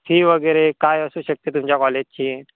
fee वगैरे काय असू शकते तुमच्या कॉलेजची